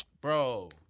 bro